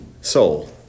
soul